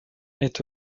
est